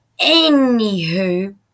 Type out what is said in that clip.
Anywho